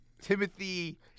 Timothy